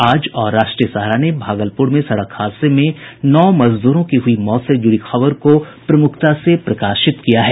आज और राष्ट्रीय सहारा ने भागलपुर में सड़क हादसे में नौ मजदूरों की हुई मौत से जुड़ी खबर को प्रमुखता से प्रकाशित किया है